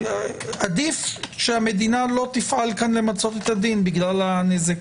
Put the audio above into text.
עדיף שהמדינה לא תפעל כאן למצות את הדין בגלל הנזק.